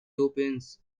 opens